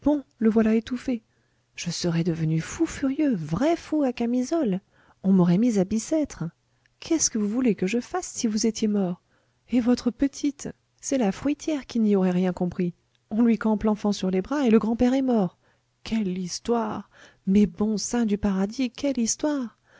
le voilà étouffé je serais devenu fou furieux vrai fou à camisole on m'aurait mis à bicêtre qu'est-ce que vous voulez que je fasse si vous étiez mort et votre petite c'est la fruitière qui n'y aurait rien compris on lui campe l'enfant sur les bras et le grand-père est mort quelle histoire mes bons saints du paradis quelle histoire